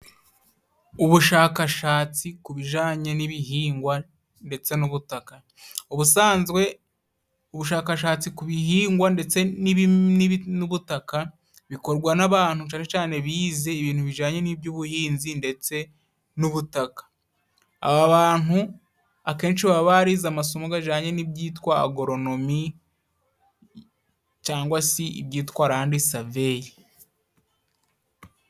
Ubushakashatsi ku bijanye n'ibihingwa ndetse n'ubutaka, ubusanzwe ubushakashatsi ku bihingwa ndetse n'ubutaka, bukorwa n'abantu cyane cyane bize ibintu bijyananye n'iby'ubuhinzi ndetse n'ubutaka, aba bantu akenshi baba barize amasomo ajyanye n'ibyitwa agoronomi, cyangwa se ibyitwa lande saveye.